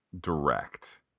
direct